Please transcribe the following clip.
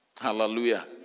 Hallelujah